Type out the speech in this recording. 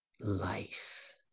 life